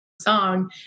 song